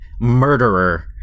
murderer